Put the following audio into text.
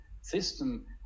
system